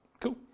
Cool